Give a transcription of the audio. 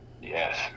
Yes